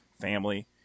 family